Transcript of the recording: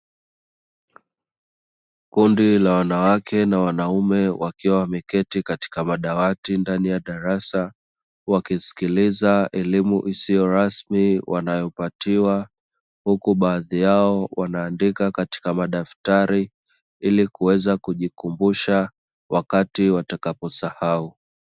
Kundi la wanawake na wanaume wakiwa wameketi katika madawati ndani ya darasa, wakisiliza elimu isiyo rasmi wanayo patiwa, huku baadhi yao wanaandika katika madaftari ili kuweza kujikumbusha wakati watakapo sahau.